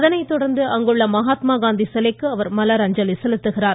அதனைத் தொடர்ந்து அங்குள்ள மகாத்மா காந்தி சிலைக்கு அவர் மலர் அஞ்சலி செலுத்துகிறார்